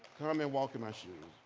come and walk in my shoes.